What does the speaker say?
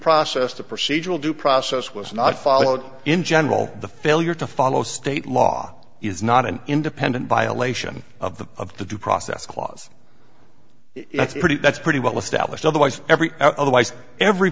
process to procedural due process was not followed in general the failure to follow state law is not an independent violation of the due process clause it's pretty that's pretty well established otherwise every